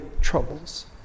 troubles